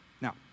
Now